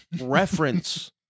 reference